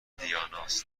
دیاناست